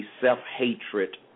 self-hatred